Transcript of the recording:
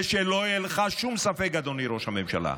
ושלא יהיה לך שום ספק, אדוני ראש הממשלה,